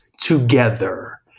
together